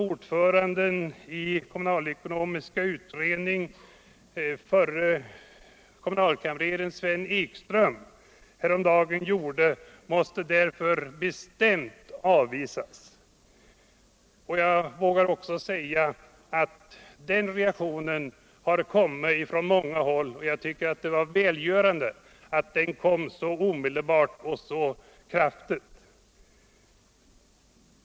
Ordföranden i kommunalekonomiska utredningen, förre kommunalkamreren Sven Ekström, sände häromdagen upp en försöksballong som gällde borttagande av den kommunala beskattningsrätten. Sådana förslag måste bestämt avvisas. Den reaktionen har kommit från många håll, och jag tycker att det var välgörande att den var både omedelbar och kraftig.